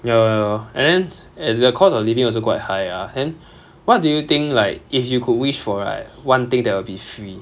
ya lor ya lor and then and the cost of living also quite high ah then what do you think like if you could wish for right one thing that will be free